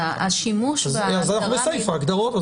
נלך לסעיף ההגדרות.